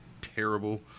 terrible